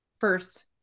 first